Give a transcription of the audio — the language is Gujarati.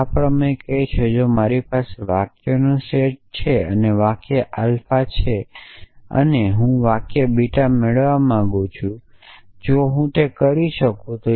આ પ્રમેય કહે છે કે જો મારી પાસે વાક્યોનો સેટ છે અને વાક્ય આલ્ફા છે અને હું વાક્ય બીટા મેળવવા માંગું છું જો હું તે કરી શકું તો